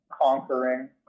conquering